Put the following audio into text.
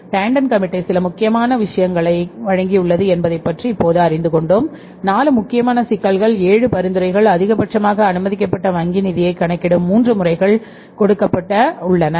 Tandon committee சில முக்கியமான விஷயங்களை வழங்கியுள்ளது என்பதைப் பற்றி இப்போது அறிந்து கொண்டோம் 4 முக்கியமான சிக்கல்கள் 7 பரிந்துரைகள் அதிகபட்சமாக அனுமதிக்கப்பட்ட வங்கி நிதியைக் கணக்கிடும் 3 முறைகள் கொடுக்கப்பட்ட உள்ளன